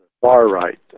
far-right